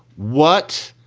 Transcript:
what?